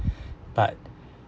but